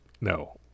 no